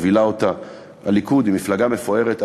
הליכוד הוא מפלגה מפוארת,